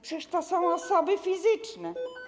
Przecież to są osoby fizyczne.